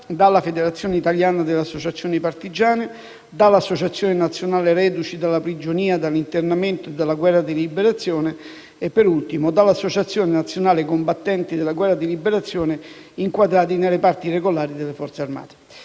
dalla Federazione italiana delle associazioni partigiane (FIAP), dall'Associazione nazionale reduci dalla prigionia, dall'internamento e dalla Guerra di liberazione (ANRP) e dall'Associazione nazionale combattenti della Guerra di liberazione inquadrati nei reparti regolari delle Forze armate